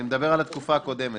אני מדבר על התקופה הקודמת.